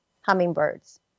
hummingbirds